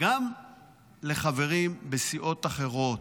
גם לחברים בסיעות אחרות,